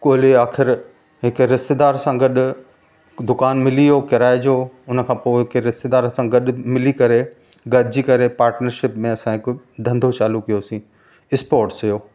ॻोल्हे आख़िरि हिक रिश्तेदार सां गॾु दुकान मिली वियो किराए जो हुन खां पोइ हिक रिश्तेदार सां गॾु मिली करे गॾिजी करे पार्टनरशिप में असां हिकु धंधो चालू कयोसीं स्पोट्स जो